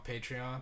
Patreon